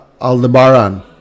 Aldebaran